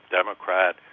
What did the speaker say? democrat